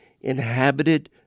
inhabited